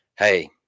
Hey